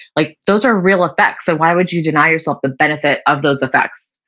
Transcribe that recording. like those are real effects so why would you deny yourself the benefit of those effects?